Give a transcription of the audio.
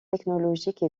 technologique